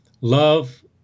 Love